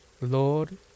lord